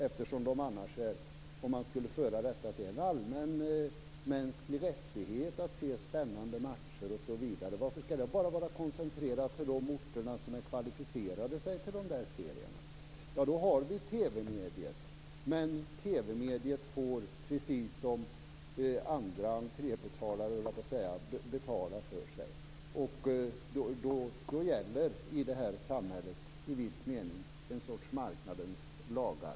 Varför skall matcherna vara koncentrerade till de orter vars lag kvalificerat sig till dessa serier om det är en allmänmänsklig rättighet att se spännande matcher? Då har vi TV-mediet, men TV-mediet får precis som andra entrébetalare, höll jag på att säga, betala för sig. Då gäller i detta sammanhang i viss mening en sorts marknadens lagar.